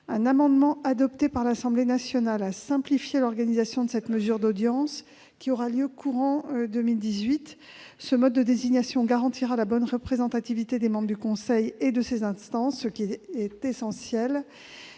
Un amendement adopté par l'Assemblée nationale a simplifié l'organisation de cette mesure d'audience, qui aura lieu courant 2018. Ce mode de désignation garantira la bonne représentativité des membres du conseil et de ses instances, ce qui est essentiel,